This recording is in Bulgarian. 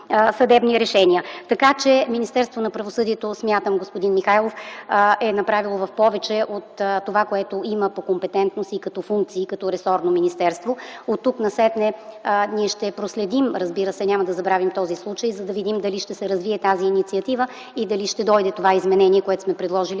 решения. Министерството на правосъдието смятам, господин Михайлов, е направило в повече от това, което има като компетентност и функции като ресорно министерство. Оттук нататък ние ще проследим, разбира се няма да забравим този случай, за да видим дали ще се развие тази инициатива и дали ще дойде това изменение, което сме предложили